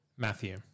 Matthew